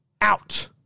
out